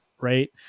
right